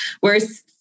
Whereas